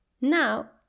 Now